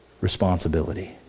responsibility